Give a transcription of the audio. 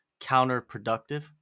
counterproductive